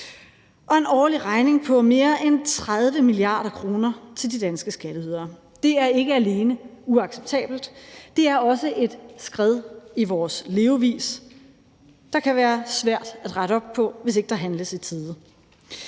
og en årlig regning på mere end 30 mia. kr. til de danske skatteydere. Det er ikke alene uacceptabelt, det er også et skred i vores levevis, der kan være svært at rette op på, hvis ikke der handles i tide.